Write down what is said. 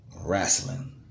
wrestling